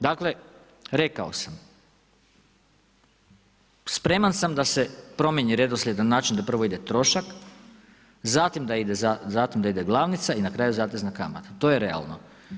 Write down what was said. Dakle, rekao sam, spreman sam da se promijeni redoslijed na način da prvo ide trošak, zatim da ide glavnica i na kraju zatezna kamata, to je realno.